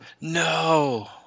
No